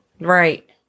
right